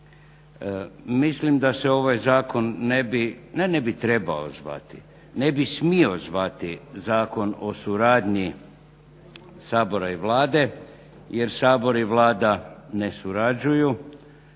Mislim da se ovaj zakon ne bi, ne ne bi trebao zvati, ne bi smio zvati Zakon o suradnji Sabora i Vlade jer Sabor i Vlada ne surađuju,